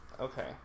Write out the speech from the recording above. okay